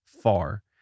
far